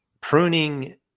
pruning